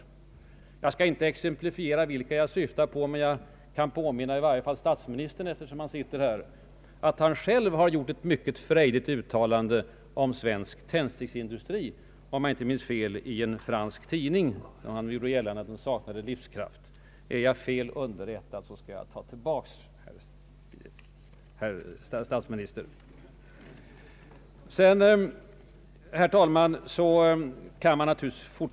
Jag skall inte exemplifiera vilka jag syftar på, men jag kan i varje fall påminna statsministern om — eftersom han sitter här — att han själv gjort ett mycket frejdigt uttalande om svensk tändsticksindustri i en fransk tidning — om jag inte missminner mig — och därvid gjorde gällande, att den svenska tändsticksindustrin saknade livskraft. Är jag fel underrättad, skall jag ta tillbaka detta, herr statsminister.